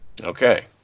Okay